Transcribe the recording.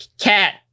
Cat